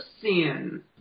sin